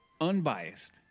unbiased